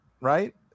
right